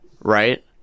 right